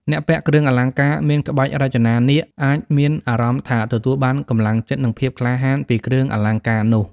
អ្នកពាក់គ្រឿងអលង្ការមានក្បាច់រចនានាគ អាចមានអារម្មណ៍ថាទទួលបានកម្លាំងចិត្ត និងភាពក្លាហានពីគ្រឿងអលង្ការនោះ។